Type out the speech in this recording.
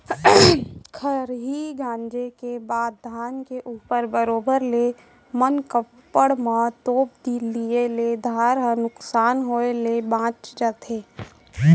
खरही गॉंजे के बाद धान के ऊपर बरोबर ले मनकप्पड़ म तोप दिए ले धार ह नुकसान होय ले बॉंच जाथे